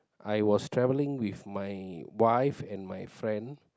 I was travelling with my wife and my friend